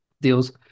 deals